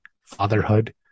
fatherhood